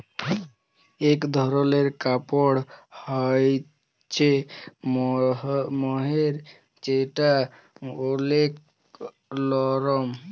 ইক ধরলের কাপড় হ্য়চে মহের যেটা ওলেক লরম